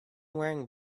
wearing